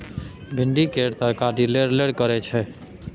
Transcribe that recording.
भिंडी केर तरकारी लेरलेर करय छै